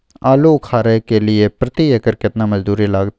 आलू उखारय के लिये प्रति एकर केतना मजदूरी लागते?